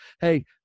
Hey